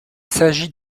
s’agit